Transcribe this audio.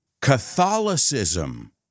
Catholicism